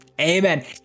Amen